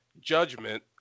Judgment